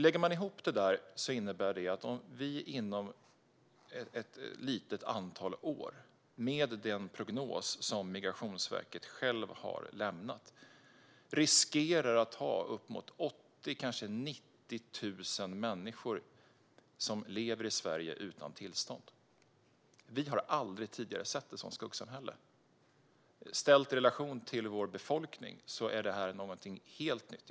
Sammanlagt innebär dessa siffror att vi inom ett litet antal år, baserat på den prognos som Migrationsverket självt har lämnat, riskerar att ha uppemot 80 000 eller kanske 90 000 människor som lever i Sverige utan tillstånd. Vi har aldrig tidigare sett ett sådant skuggsamhälle. Ställt i relation till vår befolkning är detta någonting helt nytt.